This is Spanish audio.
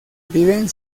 viven